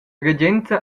regenza